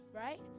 right